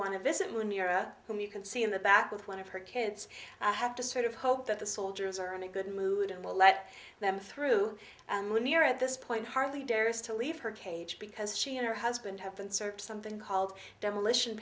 want to visit mira whom you can see in the back with one of her kids i have to sort of hope that the soldiers are in a good mood and will let them through and when we're at this point hardly dares to leave her cage because she and her husband have been served something called demolition